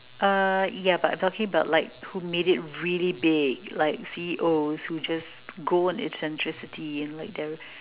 uh yeah but I'm talking like about who made it really big like C_E_Os who just go on eccentricity like they